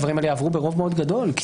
הדברים האלה יעברו ברוב מאוד גדול.